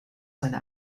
seine